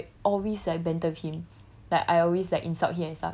err like I always banter with him